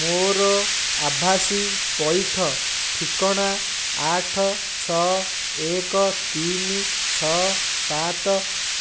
ମୋର ଆଭାସୀ ପଇଠ ଠିକଣା ଆଠ ଛଅ ଏକ ତିନି ଛଅ ସାତ